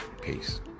Peace